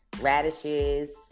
radishes